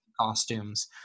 Costumes